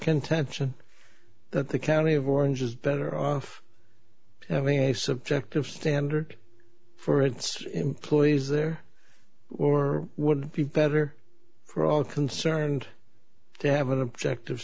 contention that the county of orange is better off having a subjective standard for its employees there or would be better for all concerned to have an objective